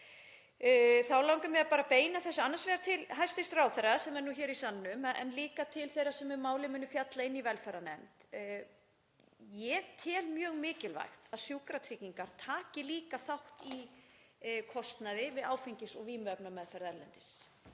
Þá langar mig bara að beina þessu til hæstv. ráðherra, sem er hér í salnum, en líka til þeirra sem um málið munu fjalla í velferðarnefnd. Ég tel mjög mikilvægt að Sjúkratryggingar taki líka þátt í kostnaði við áfengis- og vímuefnameðferð erlendis.